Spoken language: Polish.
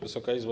Wysoka Izbo!